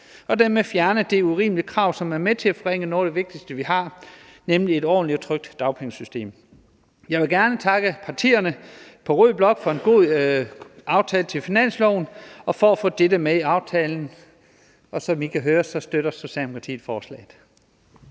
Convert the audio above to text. og dermed fjerne det urimelige krav, som er med til at forringe noget af det vigtigste, vi har, nemlig et ordentligt og trygt dagpengesystem. Jeg vil gerne takke partierne i rød blok for en god aftale til finansloven og for at få dette med i aftalen, og som I kan høre, støtter Socialdemokratiet forslaget.